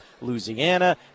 Louisiana